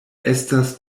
estas